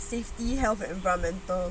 safety health and environmental